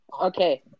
Okay